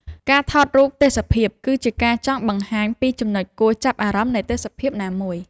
ការថតរូបទេសភាព គឺជាការចង់បង្ហាញពីចំណុចគួរចាប់អារម្មណ៍នៃទេសភាពណាមួយ។